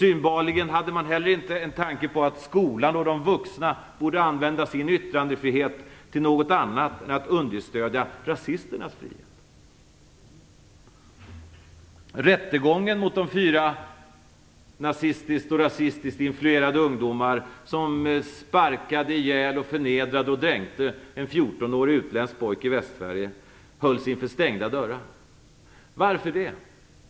Synbarligen hade man heller inte en tanke på att skolan och de vuxna borde använda sin yttrandefrihet till något annat än att understöda rasisternas frihet. Rättegången mot de fyra nazistiskt och rasistiskt influerade ungdomar som sparkade ihjäl, förnedrade och dränkte en 14-årig utländsk pojke i Västsverige hölls inför stängda dörrar. Varför det?